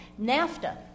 NAFTA